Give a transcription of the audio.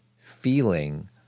feeling